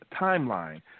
timeline